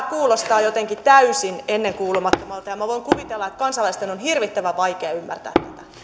kuulostaa jotenkin täysin ennenkuulumattomalta ja voin kuvitella että kansalaisten on hirvittävän vaikea ymmärtää